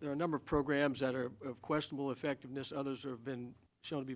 there are a number of programs that are of questionable effectiveness others are been shown to be